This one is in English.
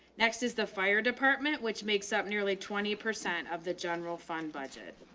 next is the fire department, which makes up nearly twenty percent of the general fund budget.